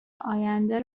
آینده